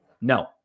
No